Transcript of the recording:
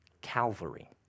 calvary